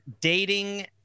dating